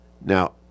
Now